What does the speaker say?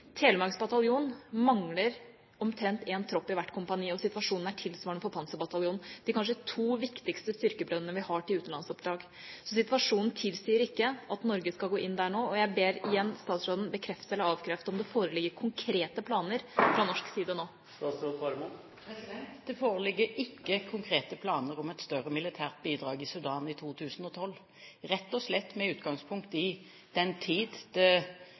mangler omtrent en tropp i hvert kompani, og situasjonen er tilsvarende for Panserbataljonen – de to kanskje viktigste styrkebidragene vi har til utenlandsoppdrag. Så situasjonen tilsier ikke at Norge skal gå inn der nå, og jeg ber igjen statsråden bekrefte eller avkrefte om det foreligger konkrete planer fra norsk side nå. Det foreligger ikke konkrete planer om et større militært bidrag i Sudan i 2012, rett og slett med utgangspunkt i den tid